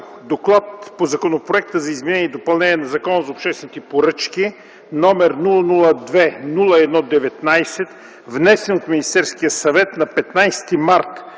„ДОКЛАД по Законопроект за изменение и допълнение на Закона за обществените поръчки, № 002-01-19, внесен от Министерския съвет на 15 март